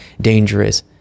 dangerous